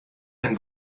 ein